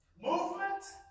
movement